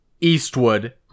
eastwood